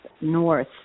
north